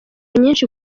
nyinshi